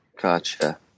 Gotcha